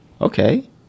Okay